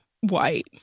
white